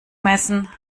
messen